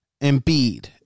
Embiid